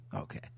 okay